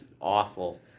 awful